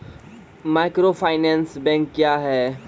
Microfinance bank क्या हैं?